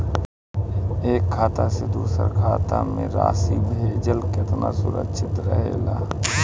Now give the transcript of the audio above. एक खाता से दूसर खाता में राशि भेजल केतना सुरक्षित रहेला?